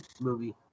movie